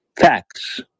facts